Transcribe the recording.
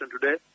today